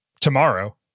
tomorrow